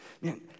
man